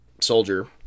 soldier